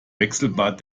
wechselbad